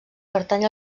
pertany